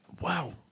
Wow